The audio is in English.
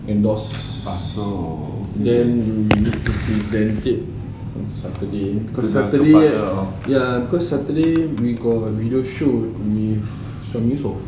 endorse then present it on saturday tu saturday ya cause saturday we got video shoot with suhaimi yusof